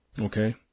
Okay